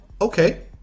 okay